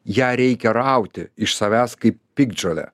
ją reikia rauti iš savęs kaip piktžolę